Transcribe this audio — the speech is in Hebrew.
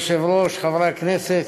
אדוני היושב-ראש, חברי הכנסת,